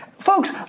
folks